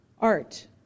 Art